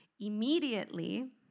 immediately